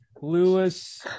lewis